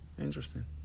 interesting